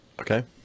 Okay